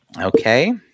Okay